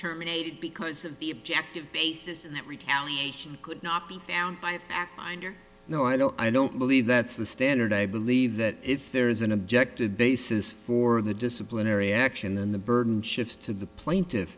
terminated because of the objective basis that retaliation could not be found by a fact finder no i don't i don't believe that's the standard i believe that if there is an objective basis for the disciplinary action then the burden shifts to the plaintiff